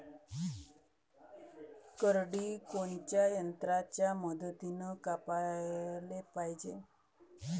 करडी कोनच्या यंत्राच्या मदतीनं कापाले पायजे?